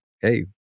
Hey